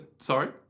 Sorry